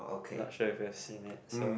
not sure if you have seen it so